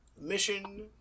Mission